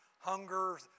hunger